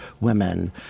women